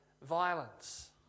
violence